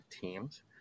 teams